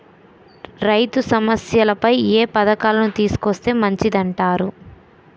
రైతు సమస్యలపై ఏ పథకాలను తీసుకొస్తే మంచిదంటారు?